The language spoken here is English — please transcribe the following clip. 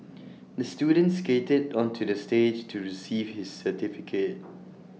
the student skated onto the stage to receive his certificate